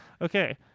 Okay